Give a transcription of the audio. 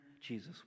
Jesus